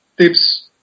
tips